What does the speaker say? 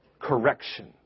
correction